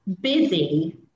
busy